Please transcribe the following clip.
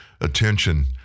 attention